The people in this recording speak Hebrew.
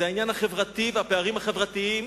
זה העניין החברתי והפערים החברתיים